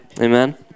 amen